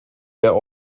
der